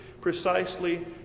precisely